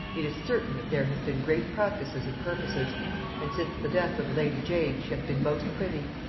it is certain that there hath been great practices and purposes and since the death of the lady jane she hath been most privy.